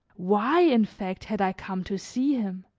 why, in fact, had i come to see him?